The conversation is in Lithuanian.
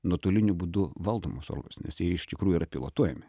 nuotoliniu būdu valdomus nes jie iš tikrųjų yra pilotuojami